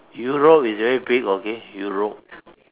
Europe is very big okay Europe